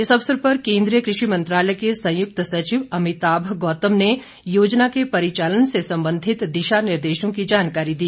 इस अवसर पर केन्द्रीय कृषि मंत्रालय के संयुक्त सचिव अमिताभ गौतम ने योजना के परिचालन से संबंधित दिशानिर्देशों की जानकारी दी